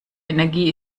energie